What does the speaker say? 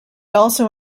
also